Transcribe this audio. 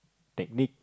technique